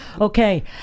okay